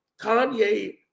Kanye